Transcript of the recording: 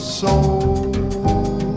soul